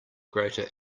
greater